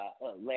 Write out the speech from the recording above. last